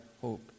hope